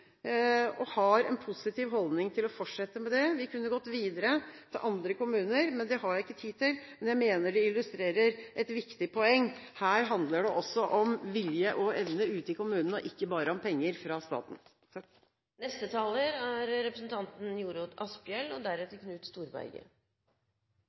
De har en positiv holdning til å fortsette med det. Vi kunne gått videre til andre kommuner, men det har jeg ikke tid til. Jeg mener dette illustrerer et viktig poeng. Her handler det også om vilje og evne ute i kommunene, og ikke bare om penger fra staten. Det er viktig at folk kan bo, leve og